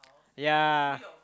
ya